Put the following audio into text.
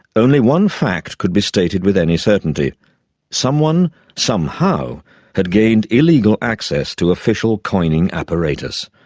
only one fact could be stated with any certainty someone somehow had gained illegal access to official coining apparatus.